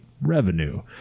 revenue